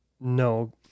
No